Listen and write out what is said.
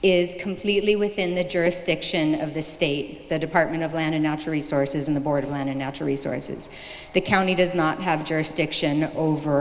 is completely within the jurisdiction of the state the department of land and natural resources in the board atlanta natural resources the county does not have jurisdiction over